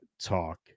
talk